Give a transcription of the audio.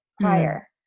prior